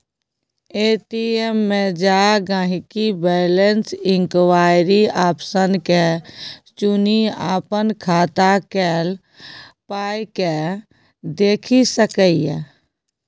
ATM मे जा गांहिकी बैलैंस इंक्वायरी आप्शन के चुनि अपन खाता केल पाइकेँ देखि सकैए